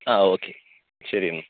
ആ ഓക്കേ ശരിയെന്നാൽ